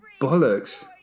bollocks